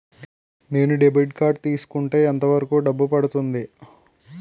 నేను debit card తీసుకుంటే ఎంత వరకు డబ్బు పడుతుంది?